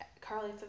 carly